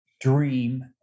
dream